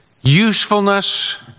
usefulness